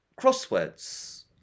crosswords